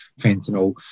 fentanyl